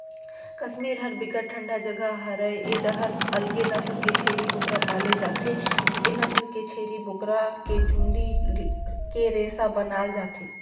कस्मीर ह बिकट ठंडा जघा हरय ए डाहर अलगे नसल के छेरी बोकरा पाले जाथे, ए नसल के छेरी बोकरा के चूंदी के रेसा बनाल जाथे